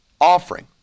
offering